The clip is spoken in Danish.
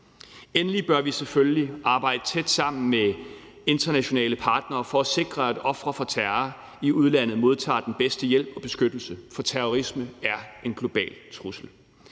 Endelig bør vi selvfølgelig arbejde tæt sammen med internationale partnere for at sikre, at ofre for terror i udlandet modtager den bedste hjælp og beskyttelse. For terrorisme er en global trussel.